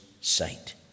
sight